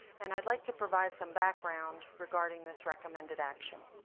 and i'd like to provide some background regarding this recommended action.